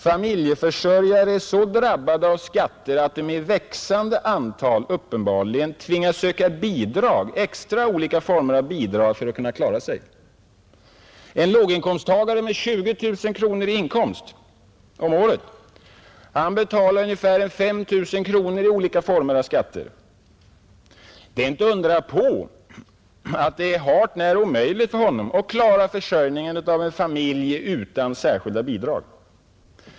Familjeförsörjare är så drabbade av skatter att de i växande antal uppenbarligen tvingas söka extra bidrag för att klara sig. En låginkomsttagare med 20 000 kronor om året i inkomst betalar mer än 5 000 kronor i olika skatter. Inte undra på att det är hart när omöjligt för honom att klara försörjningen av en familj utan särskilda bidrag.